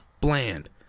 bland